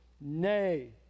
Nay